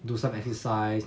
do some exercise